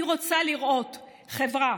אני רוצה לראות חברה